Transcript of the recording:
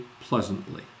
pleasantly